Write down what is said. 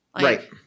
Right